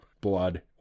blood